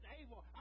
able